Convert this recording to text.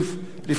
לפני התשובה.